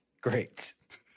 Great